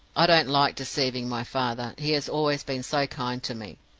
i don't like deceiving my father he has always been so kind to me.